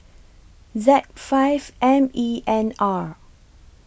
Z five M E N R